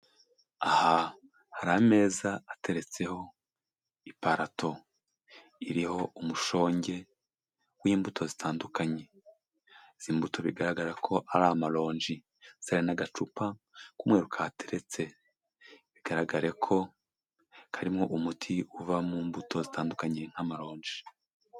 Aha hari ameza ateretseho iparato iriho umushonge w'imbuto zitandukanye, izi mbuto bigaragara ko ari amaronji ndetse hari n'agacupa k'umweru kahateretse, bigaragare ko karimo umuti uva mu mbuto zitandukanye nk'amaronji.